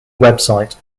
website